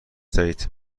دهید